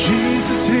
Jesus